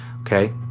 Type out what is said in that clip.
okay